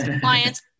clients